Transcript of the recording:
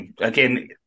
Again